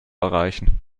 erreichen